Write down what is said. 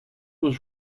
was